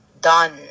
done